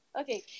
Okay